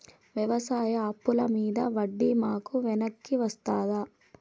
వ్యవసాయ అప్పుల మీద వడ్డీ మాకు వెనక్కి వస్తదా?